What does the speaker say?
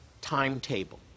timetable